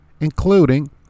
including